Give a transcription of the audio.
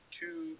two